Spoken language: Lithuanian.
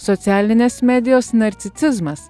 socialinės medijos narcicizmas